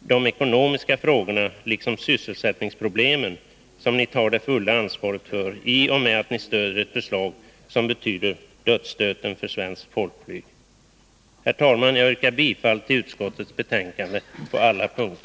de ekonomiska frågorna liksom sysselsättningsproblemen, som ni tar det fulla ansvaret för i och med att ni stöder ett förslag som betyder dödsstöten för svenskt folkflyg? Herr talman! Jag yrkar bifall till utskottets hemställan på alla punkter.